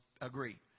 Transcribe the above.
agree